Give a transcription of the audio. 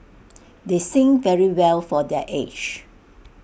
they sing very well for their age